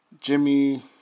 Jimmy